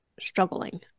struggling